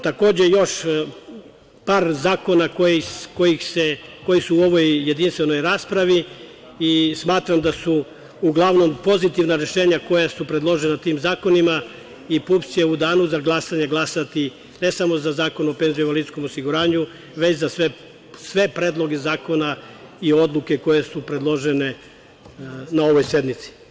Takođe ima još par zakoni koji su u ovoj jedinstvenoj raspravi i smatram da su uglavnom pozitivna rešenja koja su predložena tim zakonima i PUPS će u danu za glasanje glasati ne samo za Zakon o PIO, već za sve predloge zakona i odluke koje su predložene na ovoj sednici.